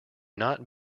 not